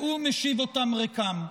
והוא משיב אותם ריקם.